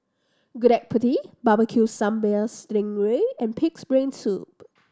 Gudeg Putih Barbecue Sambal sting ray and Pig's Brain Soup